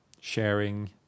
sharing